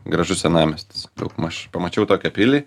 gražus senamiestis daugmaž pamačiau tokią pilį